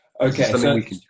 Okay